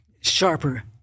sharper